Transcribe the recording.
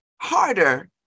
harder